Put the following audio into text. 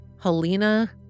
Helena